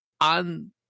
on